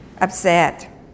upset